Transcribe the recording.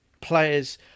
players